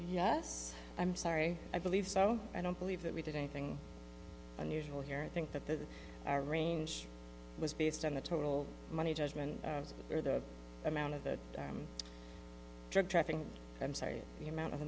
yes i'm sorry i believe so i don't believe that we did anything unusual here and think that there's a range was based on the total money judgment or the amount of the drug trafficking i'm sorry the amount of